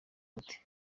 umuti